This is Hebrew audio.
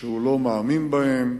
שהוא לא מאמין בהן,